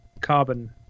carbon